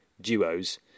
duos